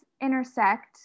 intersect